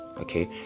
Okay